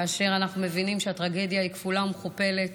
כאשר אנחנו מבינים שהטרגדיה היא כפולה ומכופלת